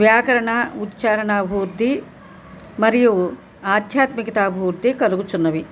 వ్యాకరణా ఉచ్చారణా అభివృద్ది మరియు ఆధ్యాత్మికతా అభివృద్ది కలుగుతున్నవి